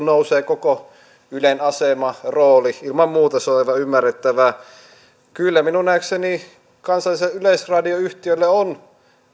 nousee koko ylen asema rooli ilman muuta se on aivan ymmärrettävää kyllä minun nähdäkseni kansalliselle yleisradioyhtiölle on